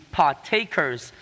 partakers